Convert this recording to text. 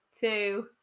two